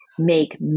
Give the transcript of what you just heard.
make